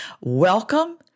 Welcome